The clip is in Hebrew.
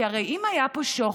כי הרי אם היה פה שוחד,